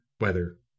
weather